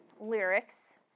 lyrics